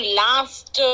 last